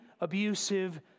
abusive